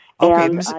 Okay